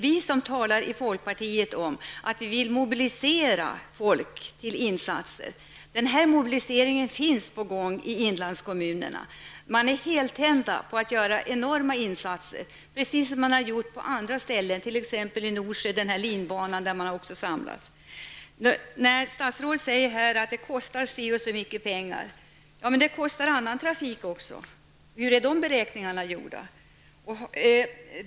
Vi i folkpartiet talar om att vi vill mobilisera folk till insatser. Denna mobilisering är på gång i inlandskommunerna. Människorna är heltända på att göra enorma insatser, precis som man har gjort på andra ställen, t.ex. i Norsjö, där man har samlats kring linbanan. Statsrådet säger att det kostar så och så mycket pengar, men den andra trafiken kostar också pengar. Hur är de beräkningarna gjorda?